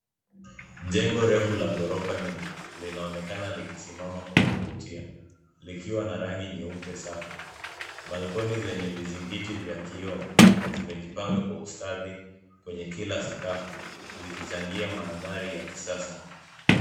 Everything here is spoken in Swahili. Jengo refu la ghorofa nyingi, linaonekana likisimama kwa kuvutia likiwa na rangi nyeupe safi, balcony zenye vizingiti vya kioo zimejipanga kwa ustadi kwenye kila sakafu, zikichangia maandhari ya kisasa.